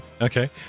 okay